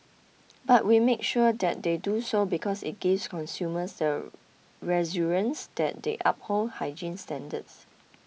but we make sure that they do so because it gives consumers the reassurance that they uphold hygiene standards